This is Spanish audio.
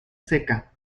seca